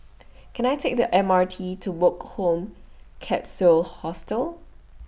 Can I Take The M R T to Woke Home Capsule Hostel